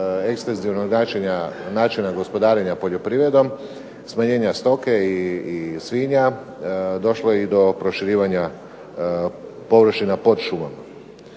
ekstenzivnog načina gospodarenja poljoprivredom, smanjenja stoke i svinja došlo je do proširivanja površina pod šumama.